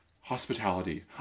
hospitality